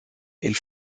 elle